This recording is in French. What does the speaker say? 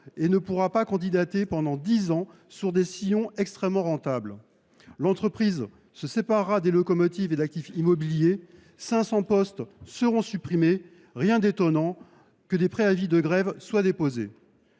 et ne pourra pas candidater pendant dix ans sur des sillons extrêmement rentables. Elle se séparera de locomotives et d’actifs immobiliers et 500 postes seront supprimés. Rien d’étonnant, donc, à ce que des préavis de grève soient déposés.